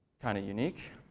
kind of unique.